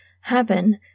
happen